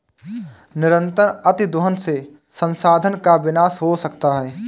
निरंतर अतिदोहन से संसाधन का विनाश हो सकता है